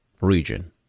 region